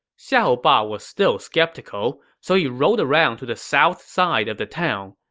xiahou ba was still skeptical, so he rode around to the south side of the town.